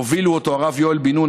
הובילו אותו הרב יואל בן-נון,